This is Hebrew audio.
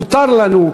מותר לנו,